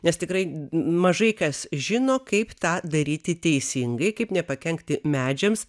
nes tikrai mažai kas žino kaip tą daryti teisingai kaip nepakenkti medžiams